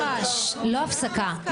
(היו"ר שרן מרים השכל,